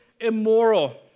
immoral